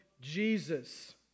jesus